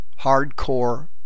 hardcore